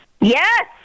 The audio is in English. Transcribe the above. Yes